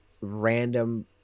random